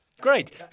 Great